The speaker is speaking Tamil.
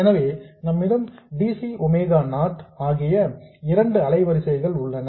எனவே நம்மிடம் dc ஒமேகா நாட் ஆகிய இரண்டு அலைவரிசைகள் உள்ளன